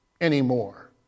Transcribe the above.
anymore